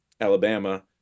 Alabama